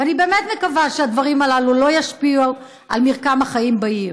ואני באמת מקווה שהדברים הללו לא ישפיעו על מרקם החיים בעיר.